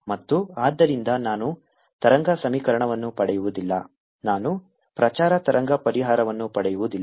ಮತ್ತು ಆದ್ದರಿಂದ ನಾನು ತರಂಗ ಸಮೀಕರಣವನ್ನು ಪಡೆಯುವುದಿಲ್ಲ ನಾನು ಪ್ರಚಾರ ತರಂಗ ಪರಿಹಾರವನ್ನು ಪಡೆಯುವುದಿಲ್ಲ